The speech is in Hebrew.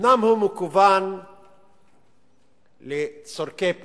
אומנם הוא מכוון לצורכי פנים,